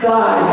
God